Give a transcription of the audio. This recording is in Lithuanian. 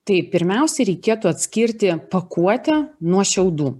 tai pirmiausia reikėtų atskirti pakuotę nuo šiaudų